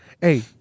hey